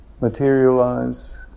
materialize